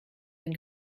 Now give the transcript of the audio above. den